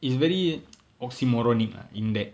it's very oxymoronic ah in that